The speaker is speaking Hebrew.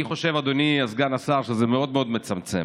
אני חושב, אדוני סגן השר, שזה מאוד מאוד מצמצם.